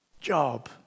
job